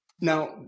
Now